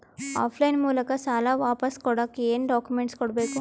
Of line ಮೂಲಕ ಸಾಲ ವಾಪಸ್ ಕೊಡಕ್ ಏನು ಡಾಕ್ಯೂಮೆಂಟ್ಸ್ ಕೊಡಬೇಕು?